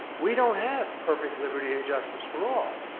we don't have perfect liberty and justice for all.